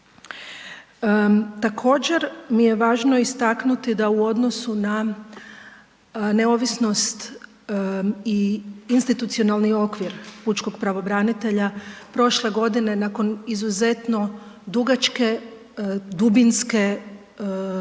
Također mi je važno istaknuti da u odnosu na neovisnost i institucionalni okvir pučkog pravobranitelja, prošle godine nakon izuzetno dugačke, dubinske,